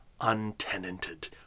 untenanted